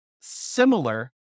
similar